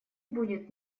будет